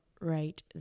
right